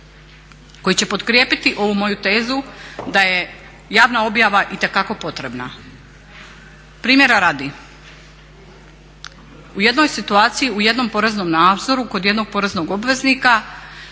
koji će potkrijepiti ovu moju tezu da je javna objava itekako potrebna. Primjera radi, u jednoj situaciji u jednom poreznom nadzoru kod jednog poreznog obveznika